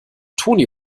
toni